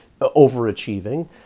overachieving